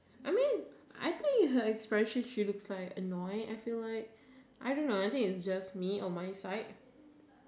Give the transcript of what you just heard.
I mean I think her expression she looks like annoyed I feel like I don't know maybe is just me or my sight